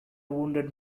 wounded